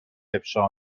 افشا